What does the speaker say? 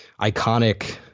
iconic